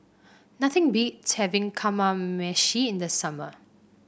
nothing beats having Kamameshi in the summer